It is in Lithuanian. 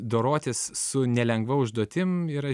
dorotis su nelengva užduotim yra